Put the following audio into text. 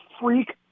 freak